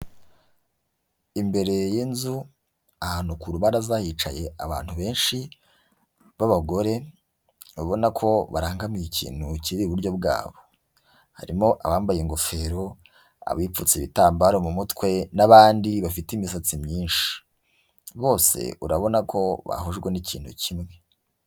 Imbere y'inzu, ahantu ku rubaraza hicaye abantu benshi, b'abagore, ubona ko barangamiye ikintu kiri iburyo bwabo. Harimo abambaye ingofero, abipfutse ibitambaro mu mutwe, n'abandi bafite imisatsi myinshi. Bose urabona ko bahujwe n'ikintu kimwe.